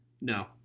No